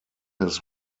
his